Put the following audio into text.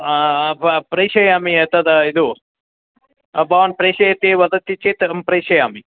प्रेषयामि एतद् इद भवान् प्रेषयति वदति चेत् अहं प्रेषयामि